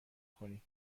کنی